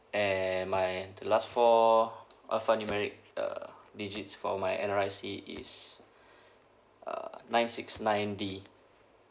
and my the last four uh digits for my N_R_I_C is uh nine six nine D